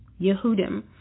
Yehudim